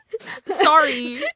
sorry